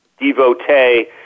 devotee